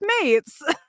mates